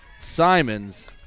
Simons